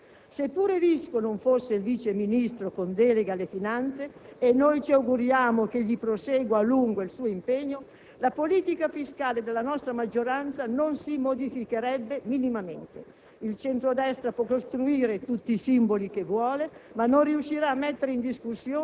Anche in questo caso è bene che i colleghi dell'opposizione non si facciano inutili aspettative. Se pure Visco non fosse il vice ministro con delega alle finanze - e noi ci auguriamo che egli prosegua a lungo il suo impegno - la politica fiscale della nostra maggioranza non si modificherebbe minimamente.